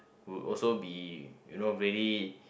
would also be you know very